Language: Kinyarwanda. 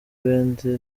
ibindi